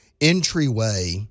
entryway